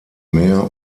meer